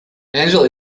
angela